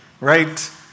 right